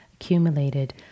accumulated